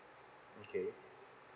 okay